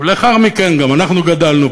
ולאחר מכן גם אנחנו גדלנו,